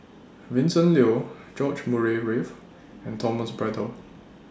Vincent Leow George Murray Reith and Thomas Braddell